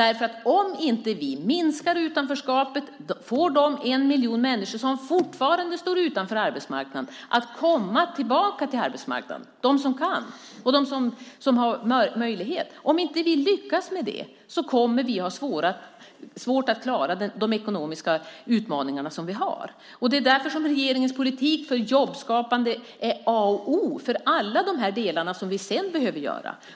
Om vi inte lyckas minska utanförskapet och få den en miljon människor som fortfarande står utanför arbetsmarknaden att komma tillbaka till arbetsmarknaden - de som kan - kommer vi att ha svårt att klara de ekonomiska utmaningarna. Därför är regeringens politik för jobbskapande A och O för allt det som vi sedan behöver göra.